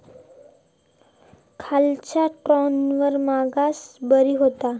खयल्या ट्रॅक्टरान मशागत बरी होता?